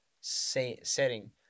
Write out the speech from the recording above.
setting